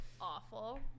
awful